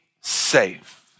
safe